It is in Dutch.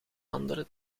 andere